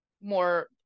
more